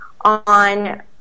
on